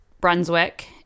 Brunswick